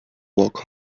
walk